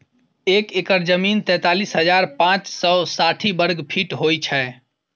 एक एकड़ जमीन तैँतालिस हजार पाँच सौ साठि वर्गफीट होइ छै